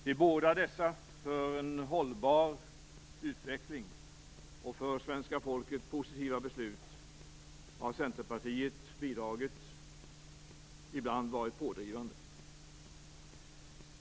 Till båda dessa för en hållbar utveckling och för svenska folket positiva beslut har Centerpartiet bidragit och ibland varit pådrivande.